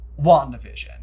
WandaVision